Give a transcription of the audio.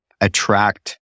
attract